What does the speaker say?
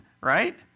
right